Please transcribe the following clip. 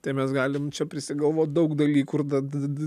tai mes galim čia prisigalvot daug dalykų ir da d d